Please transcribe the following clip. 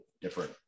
different